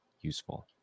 useful